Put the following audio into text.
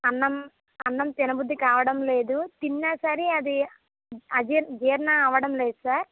అన్నం అన్నం తిన బుద్ధి కావడం లేదు తిన్నా సరే అది అజీ జీర్ణం అవ్వడం లేదు సార్